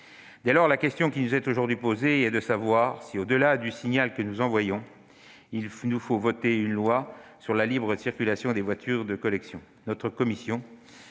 Dès lors, la question qui nous est posée est de savoir si, au-delà du signal que nous envoyons, il nous faut voter une loi sur la libre circulation des voitures de collection.